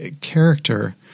character